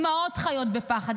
אימהות חיות בפחד,